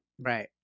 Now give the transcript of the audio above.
Right